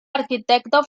arquitecto